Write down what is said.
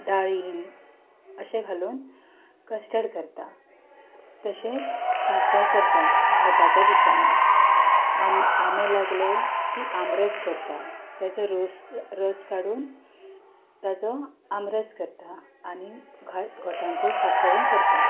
डाळींब अशें घालून कस्टड करता तशेंच सांसव करता घोटांच्या दिसांनी आमे लागले की आमरस करता तेजो रोस रस काडून तेजो आमरस करता आनी घो घोटांचें सांसवय करता